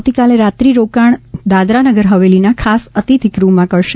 આવતીકાલે રાત્રી રોકાણ દાદરાનગર હવેલીના ખાસ અતિથિગૃહમાં કરશે